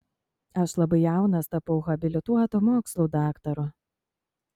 aš labai jaunas tapau habilituotu mokslų daktaru